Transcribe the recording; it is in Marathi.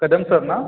कदम सर ना